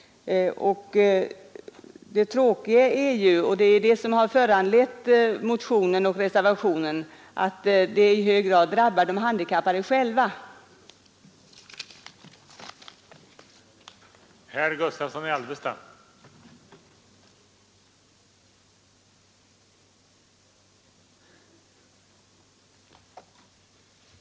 Det tråkiga är — och det är detta som har föranlett motionen och reservationen — att det är de handikappade själva som drabbas.